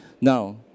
Now